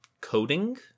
coding